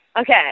Okay